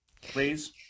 Please